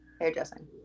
Hairdressing